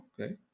okay